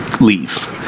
leave